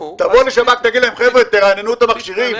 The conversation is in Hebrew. תבוא לשב"כ ותגיד להם: חבר'ה, תרעננו את המכשירים?